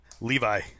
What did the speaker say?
Levi